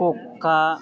కుక్క